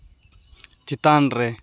ᱪᱮᱛᱟᱱ ᱨᱮ